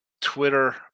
Twitter